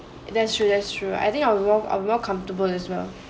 that's true that's true I think I will be more I will be more comfortable as well